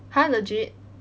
!huh! legit